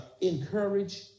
encourage